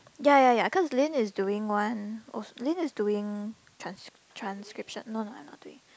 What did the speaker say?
ya ya ya cause Lin is doing one also Lin is doing trans~ transcription no no I'm not doing